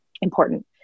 important